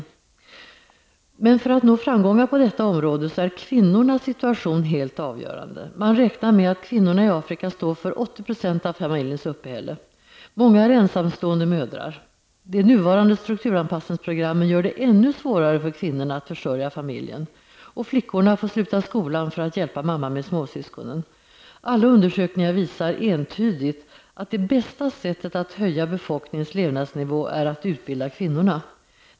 För att man skall nå framgångar på detta område är kvinnornas situation helt avgörande. Man räknar med att kvinnorna i Afrika står för 80 % av familjens uppehälle. Många är ensamstående mödrar. De nuvarande strukturanpassningsprogrammen gör det ännu svårare för kvinnorna att försörja familjen. Och flickorna får sluta skolan för att hjälpa mamma med småsyskonen. Alla undersökningar visar entydigt att det bästa sättet att höja befolkningens levnadsnivå är att utbilda kvinnorna.